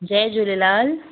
Jay Jhulelal